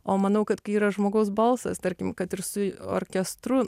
o manau kad kai yra žmogaus balsas tarkim kad ir su orkestru